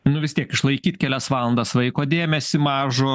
nu vis tiek išlaikyt kelias valandas vaiko dėmesį mažo